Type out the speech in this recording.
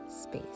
space